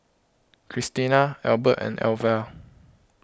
Kristina Elbert and Elvia